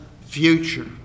future